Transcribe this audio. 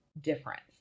difference